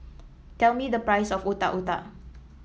tell me the price of Otak Otak